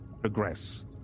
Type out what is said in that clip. progress